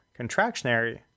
Contractionary